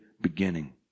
beginning